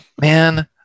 man